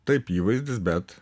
taip įvaizdis bet